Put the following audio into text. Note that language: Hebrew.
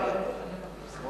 לא